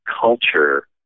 culture